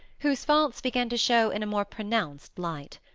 whose faults began to show in a more pronounced light.